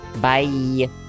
Bye